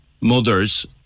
mothers